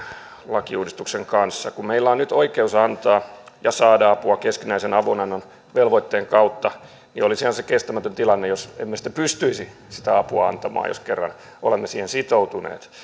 lakiuudistuksen kanssa kun meillä on nyt oikeus antaa ja saada apua keskinäisen avunannon velvoitteen kautta niin olisihan se kestämätön tilanne jos emme sitä apua pystyisi antamaan jos kerran olemme siihen sitoutuneet